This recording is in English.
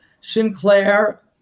Sinclair